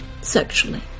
sexually